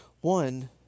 One